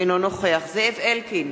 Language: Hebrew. אינו נוכח זאב אלקין,